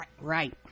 right